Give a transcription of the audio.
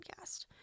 podcast